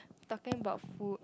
talking about food